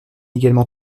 également